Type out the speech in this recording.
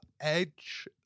edge